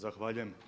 Zahvaljujem.